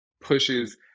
pushes